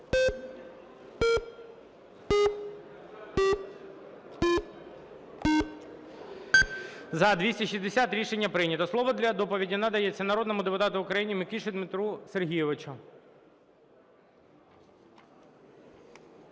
За-260 Рішення прийнято. Слово для доповіді надається народному депутату України Микиші Дмитру Сергійовичу.